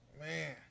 Man